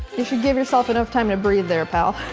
you should give yourself enough time to breathe there, pal.